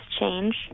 change